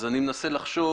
אז אני מנסה לחשוב.